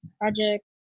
Project